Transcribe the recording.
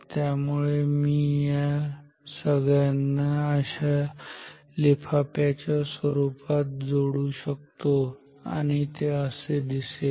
त्यामुळे मी या सगळ्यांना अशा लिफाफ्याच्या स्वरूपात जोडू शकतो आणि ते असे दिसेल